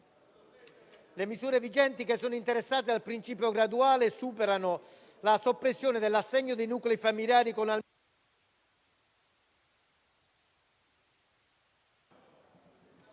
Le misure vigenti che sono interessate dal principio di graduale superamento o di soppressione sono: l'assegno dei nuclei familiari con...